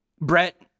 Brett